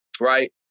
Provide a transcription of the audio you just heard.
Right